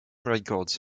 records